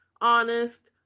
honest